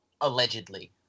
allegedly